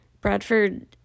Bradford